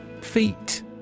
Feet